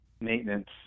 maintenance